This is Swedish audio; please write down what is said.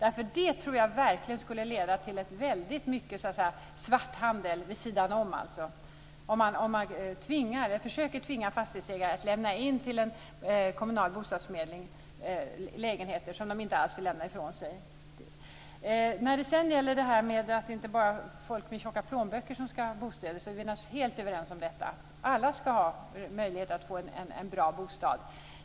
Om man försöker tvinga fastighetsägare att lämna in lägenheter som de inte alls vill lämna ifrån sig till en kommunal bostadsförmedling, tror jag verkligen att det skulle leda till mycket svarthandel, alltså handel vid sidan om. Att det inte bara är människor med tjocka plånböcker som ska ha bostäder är vi naturligtvis helt överens om. Alla ska ha möjlighet att få en bra bostad.